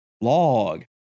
Log